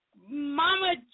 Mama